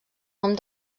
nom